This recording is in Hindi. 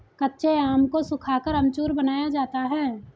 कच्चे आम को सुखाकर अमचूर बनाया जाता है